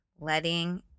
Letting